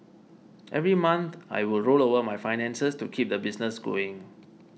every month I would roll over my finances to keep the business going